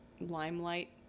limelight